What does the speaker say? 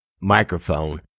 microphone